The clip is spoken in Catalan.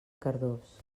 cardós